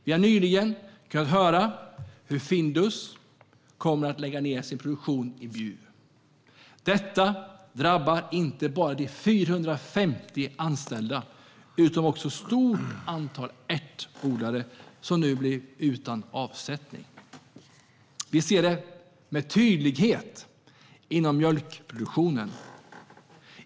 Vi har nyligen kunnat höra att Findus kommer att lägga ned sin produktion i Bjuv. Detta drabbar inte bara de 450 anställda utan också ett stort antal ärtodlare som nu blir utan avsättning. Vi ser det med tydlighet inom mjölkproduktionen.